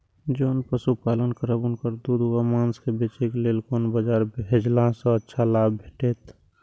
जोन पशु पालन करब उनकर दूध व माँस के बेचे के लेल कोन बाजार भेजला सँ अच्छा लाभ भेटैत?